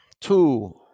two